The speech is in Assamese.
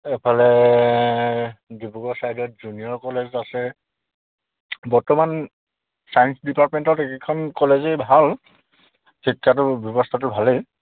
এফালে ডিব্ৰুগড় চাইডত জুনিয়ৰ কলেজ আছে বৰ্তমান চায়েস ডিপাৰ্টমেণ্টত এইকেইখন কলেজেই ভাল শিক্ষাটোৰ ব্যৱস্থাটো ভালেই